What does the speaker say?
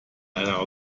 einer